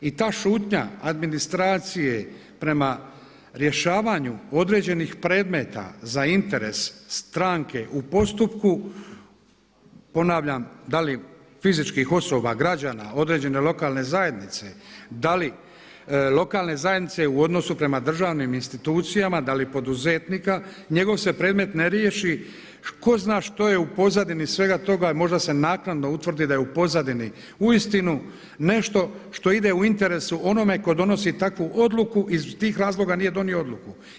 I ta šutnja administracije prema rješavanju određenih predmeta za interes stranke u postupku, ponavljam da li fizičkih osoba, građana određene lokalne zajednice, da li lokalne zajednice u odnosu prema državnim institucijama, da li poduzetnika, njegov se predmet ne riješi, tko zna što je u pozadini svega toga, možda se naknadno utvrdi da je u pozadini uistinu nešto što ide u interesu onome tko donosi takvu odluku i iz tih razloga nije donio odluku.